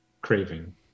craving